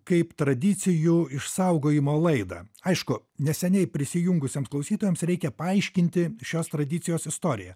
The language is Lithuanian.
kaip tradicijų išsaugojimo laidą aišku neseniai prisijungusiems klausytojams reikia paaiškinti šios tradicijos istoriją